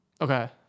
Okay